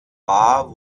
war